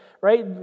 right